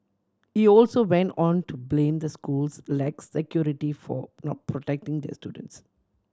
he also went on to blame the school's lax security for not protecting the students